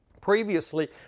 previously